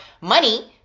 money